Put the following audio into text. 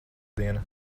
diena